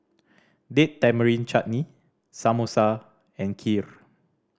Date Tamarind Chutney Samosa and Kheer